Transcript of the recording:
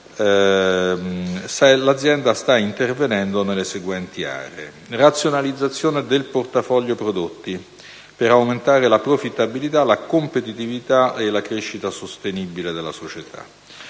l'azienda sta già intervenendo sulle seguenti aree: razionalizzazione del portafoglio prodotti per aumentare la profittabilità, la competitività e la crescita sostenibile della società;